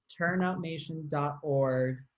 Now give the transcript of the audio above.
turnoutnation.org